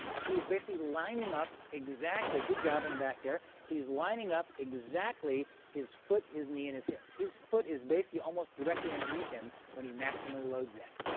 he's basically lining up exactly. good job in the back there. he's lining up exactly his foot, his knee, and his hip. his foot is basically almost directly underneath him when he maximally loads that.